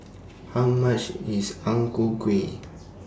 How much IS Ang Ku Kueh